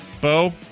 Bo